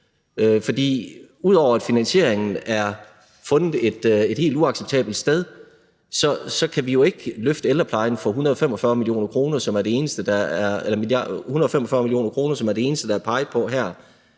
område. Udover at finansieringen er fundet et helt uacceptabelt sted, kan vi jo ikke løfte ældreplejen for 145 mio. kr., som er det eneste, der er peget på her.